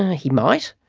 he might.